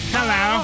Hello